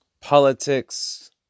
politics